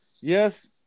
Yes